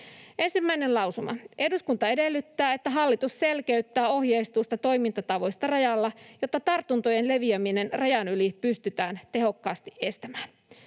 lausumat: 1. lausuma: ”Eduskunta edellyttää, että hallitus selkeyttää ohjeistusta toimintatavoista rajalla, jotta tartuntojen leviäminen rajan yli pystytään tehokkaasti estämään.”